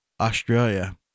Australia